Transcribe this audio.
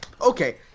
okay